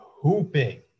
hooping